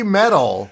metal